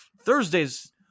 Thursday's